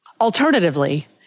Alternatively